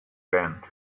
band